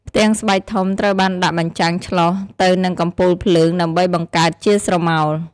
ផ្ទាំងស្បែកធំ ត្រូវបានដាក់បញ្ចាំងធ្លុះទៅនឹងកំពូលភ្លើងដើម្បីបង្កើតជាស្រមោល។